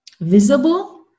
visible